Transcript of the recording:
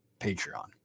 Patreon